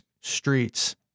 streets